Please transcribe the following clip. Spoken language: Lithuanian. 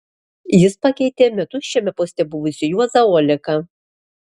jis pakeitė metus šiame poste buvusį juozą oleką